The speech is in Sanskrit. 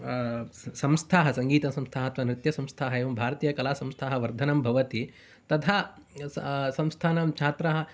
संस्थाः सङ्गीतसंस्थाः अथवा नृत्यसंस्थाः एवं भारतीयकलासंस्थाः वर्धनं भवति तथा संस्थानं छात्राः